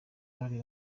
bari